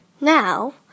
Now